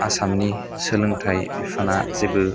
आसामनि सोलोंथाय बिफाना जेबो